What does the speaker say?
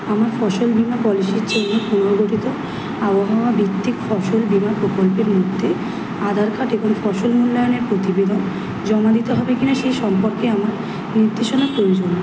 আমার ফসল বিমা পলিসির জন্য পুনর্গঠিত আবহাওয়াভিত্তিক ফসল বিমা প্রকল্পের মধ্যে আধার কার্ড এবং ফসল মূল্যায়নের প্রতিবেদন জমা দিতে হবে কি না সেই সম্পর্কে আমার নির্দেশনা প্রয়োজন